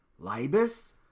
Libus